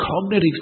Cognitive